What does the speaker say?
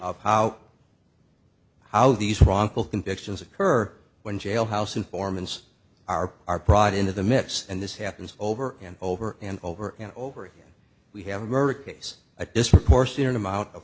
of how how these wrongful convictions occur when jailhouse informants are are prodded into the mix and this happens over and over and over and over again we have a murder case a disproportionate amount of